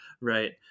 right